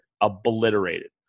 obliterated